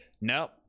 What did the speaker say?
nope